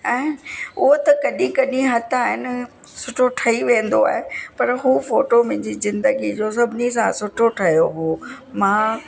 ऐं उहो त कॾहिं कॾहिं हथ आहिनि सुठो ठही वेंदो आहे पर हू फोटो मुंहिंजे ज़िंदगी जो सभिनी सां सुठो ठहियो हो मां